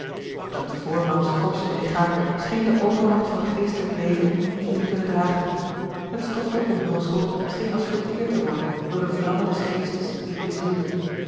dat voormaals forsche lichaam scheen de overmacht van het geestelijk leven niet te kunnen dragen het stoffelijk omhulsel scheen als verteerd te worden door de vlamme des geestes die het bezielde